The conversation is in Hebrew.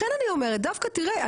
לכן אני אומרת דווקא תראה,